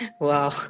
wow